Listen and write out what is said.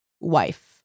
wife